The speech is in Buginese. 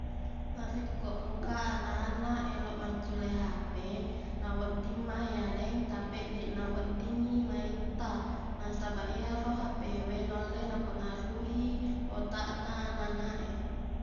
Narekko engka anak-anak eloq maccule hp nawedding ma yareng tapeq deqna weddingngi maetta nasabaq iyaro hp we naulle napengaruhi otakna ananak e